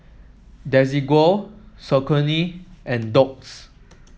Desigual Saucony and Doux